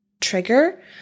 trigger